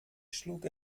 schlug